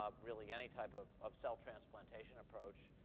um really, any type of of cell transplantation approach,